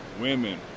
women